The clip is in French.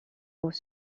aux